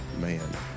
Man